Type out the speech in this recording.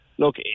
look